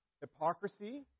hypocrisy